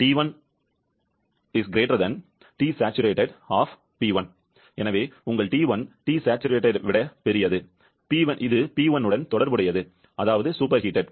T1 Tsat எனவே உங்கள் T1 Tsat விட பெரியது P1 உடன் தொடர்புடையது அதாவது சூப்பர் ஹீட்